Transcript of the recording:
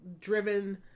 driven